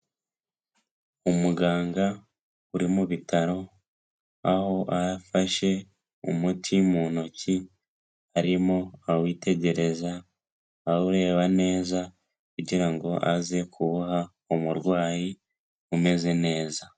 Umuganga uri mu bitaro aho afashe umuti mu ntoki arimo awitegereza awureba neza kugira ngo aze kuwuha umurwayi umeze neza.